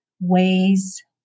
ways